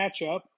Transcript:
matchup